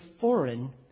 foreign